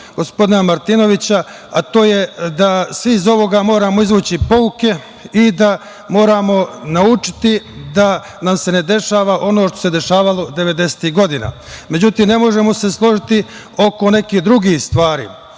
gospodina Martinovića, a to je da svi iz ovoga moramo izvući pouke i da moramo naučiti da nam se ne dešava ono što se dešavalo devedesetih godina.Međutim, ne možemo se složiti oko nekih drugih stvari,